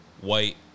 white